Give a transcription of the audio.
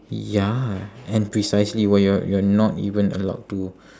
ya and precisely when you are you are not even allowed to